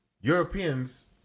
europeans